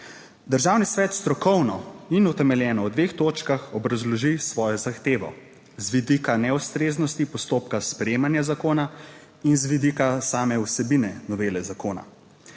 Državni svet strokovno in utemeljeno v dveh točkah obrazloži svojo zahtevo z vidika neustreznosti postopka sprejemanja zakona in z vidika same vsebine novele zakona.